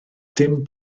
dim